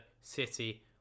City